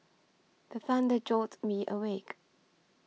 the thunder jolt me awake